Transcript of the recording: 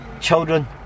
children